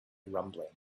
rumbling